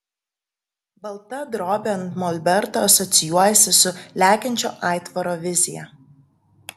balta drobė ant molberto asocijuojasi su lekiančio aitvaro vizija